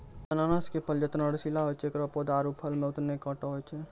अनानस के फल जतना रसीला होय छै एकरो पौधा आरो फल मॅ होतने कांटो होय छै